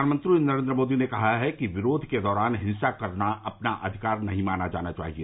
प्रधानमंत्री नरेंद्र मोदी ने कहा है कि विरोध के दौरान हिंसा करना अपना अधिकार नहीं माना जाना चाहिए